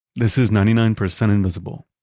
this is ninety nine percent invisible.